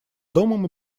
домом